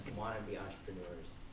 want to be entrepreneurs,